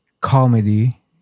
comedy